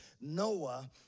Noah